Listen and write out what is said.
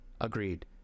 agreed